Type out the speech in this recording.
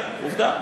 כן, עובדה.